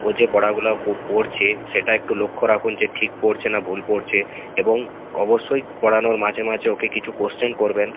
ও যে পড়াগুলো কো পড়ছে সেটা একটু লক্ষ্য রাখুন যে ঠিক পড়ছে না ভুল পড়ছে এবং অবশ্যই পড়ানোর মাঝে মাঝে ওকে কিছু কোয়েশ্চেন করবেন